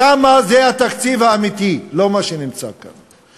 שם זה התקציב האמיתי, לא מה שנמצא כאן.